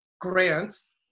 grants